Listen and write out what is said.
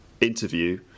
interview